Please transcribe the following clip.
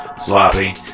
sloppy